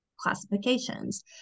classifications